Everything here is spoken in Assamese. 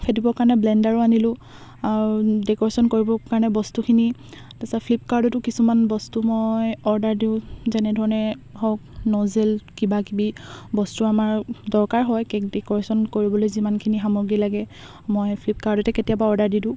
ফেটিবৰ কাৰণে ব্লেণ্ডাৰো আনিলোঁ আৰু ডেক'ৰেশ্যন কৰিবৰ কাৰণে বস্তুখিনি তাৰপিছত ফ্লিপকাৰ্টতো কিছুমান বস্তু মই অৰ্ডাৰ দিওঁ যেনেধৰণে হওক ন'জেল কিবাকিবি বস্তু আমাৰ দৰকাৰ হয় কে'ক ডেক'ৰেশ্যন কৰিবলৈ যিমানখিনি সামগ্ৰী লাগে মই ফ্লিপকাৰ্টতে কেতিয়াবা অৰ্ডাৰ দি দিওঁ